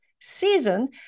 season